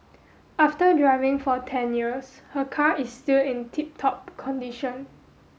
after driving for ten years her car is still in tip top condition